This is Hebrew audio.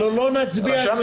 תרשום